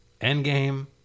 Endgame